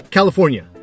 California